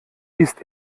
ist